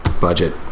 budget